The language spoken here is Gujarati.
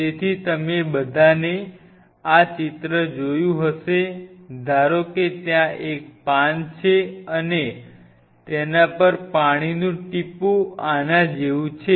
તેથી તમે બધાએ આ ચિત્ર જોયું હશે ધારો કે ત્યાં એક પાન છે અને તેના પર પાણીનું ટીપું આના જેવું છે